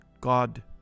God